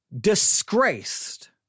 disgraced